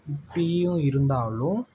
இப்படியும் இருந்தாலும்